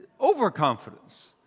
overconfidence